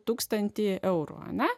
tūkstantį eurų aną